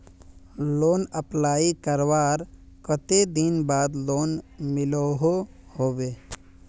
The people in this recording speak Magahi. लोन अप्लाई करवार कते दिन बाद लोन मिलोहो होबे?